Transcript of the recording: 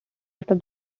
after